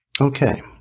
Okay